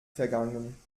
vergangen